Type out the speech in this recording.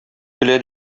көлә